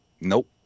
Nope